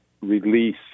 release